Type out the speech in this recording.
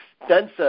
extensive